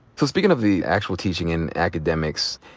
so speaking of the actual teaching and academics,